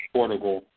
Portugal